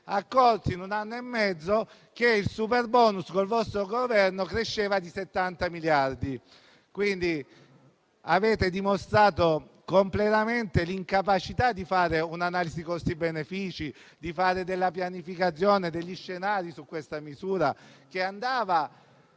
accorti, in un anno e mezzo, che il superbonus con il vostro Governo cresceva di 70 miliardi. Avete dimostrato una completa incapacità di fare un'analisi costi-benefici, di fare della pianificazione e degli scenari su questa misura, che era